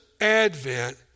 advent